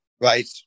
right